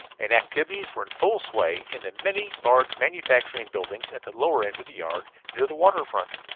and activities were in full sway in the many large manufacturing buildings at the lower end of the yard, near the waterfront.